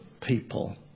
people